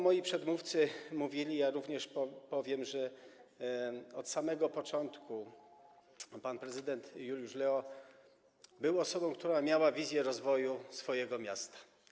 Moi przedmówcy mówili i ja również powiem, że od samego początku pan prezydent Juliusz Leo był osobą, która miała wizję rozwoju swojego miasta.